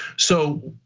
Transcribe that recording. so,